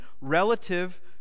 relative